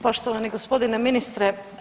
Poštovani g. ministre.